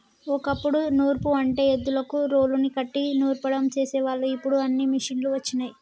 ఓ కప్పుడు నూర్పు అంటే ఎద్దులకు రోలుని కట్టి నూర్సడం చేసేవాళ్ళు ఇప్పుడు అన్నీ మిషనులు వచ్చినయ్